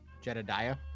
Jedediah